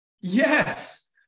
Yes